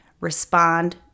respond